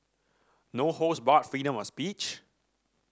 no holds barred freedom of speech